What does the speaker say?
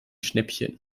schnäppchen